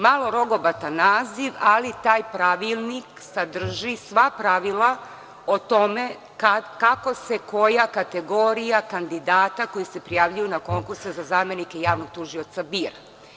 Malo rogobatan naziv, ali taj pravilnik sadrži sva pravila o tome kako se koja kategorija kandidata koji se prijavljuju na konkurse za zamenike javnog tužioca bira.